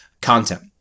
content